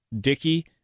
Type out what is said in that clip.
Dicky